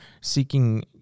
seeking